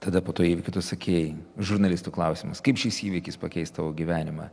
tada po to įvykio tu sakei žurnalistų klausiamas kaip šis įvykis pakeis tavo gyvenimą